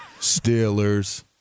Steelers